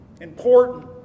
Important